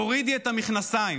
תורידי את המכנסיים.